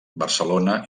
barcelona